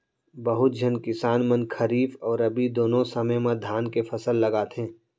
बहुत झन किसान मन खरीफ अउ रबी दुनों समे म धान के फसल लगाथें